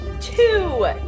two